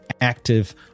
active